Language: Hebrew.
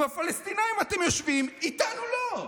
עם הפלסטינים אתם יושבים, איתנו לא.